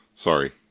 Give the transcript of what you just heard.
Sorry